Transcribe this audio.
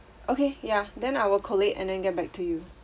okay ya then I will collate and then get back to you